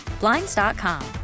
Blinds.com